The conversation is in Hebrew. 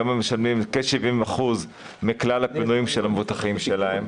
היום הם משלמים כ-70% מכלל הפינויים של המבוטחים שלהם.